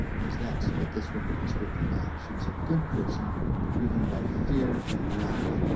cause that's what this woman was driven by. she was a good person driven by fear and love.